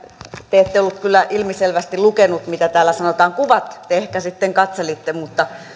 te ette ollut kyllä ilmiselvästi lukenut mitä täällä sanotaan kuvat te ehkä sitten katselitte mutta